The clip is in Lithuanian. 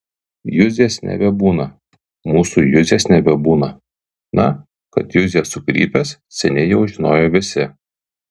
juzės nebebūna mūsų juzės nebebūna na kad juzė sukrypęs seniai jau žinojo visi